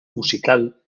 musical